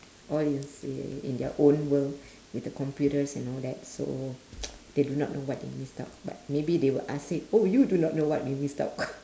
all you see in their own world with the computers and all that so they do not know what they missed out but maybe they will ask said oh you do not know what we missed out